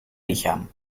lichaam